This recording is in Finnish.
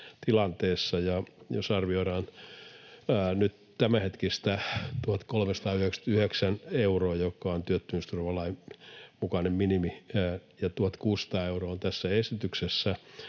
Jos arvioidaan nyt tämänhetkistä 1 399:ää euroa, joka on työttömyysturvalain mukainen minimi, ja 1 600:aa euroa tässä esityksessä,